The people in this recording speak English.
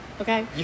Okay